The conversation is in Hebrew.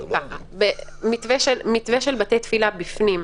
מתווה של בתי תפילה בפנים.